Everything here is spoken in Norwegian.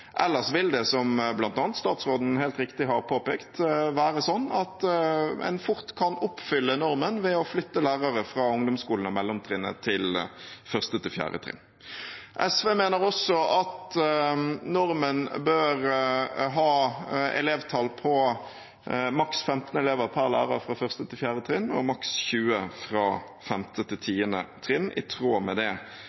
Ellers vil det være slik, som bl.a. statsråden helt riktig har påpekt, at en fort kan oppfylle normen ved å flytte lærere fra ungdomsskolen og mellomtrinnet til 1.–4. trinn. SV mener også at normen bør ha et elevtall på maks 15 elever per lærer fra 1. til 4. trinn og maks 20 fra 5. til